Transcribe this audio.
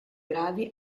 gravi